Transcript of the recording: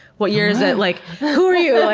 what year is it? like who are you?